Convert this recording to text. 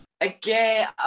Again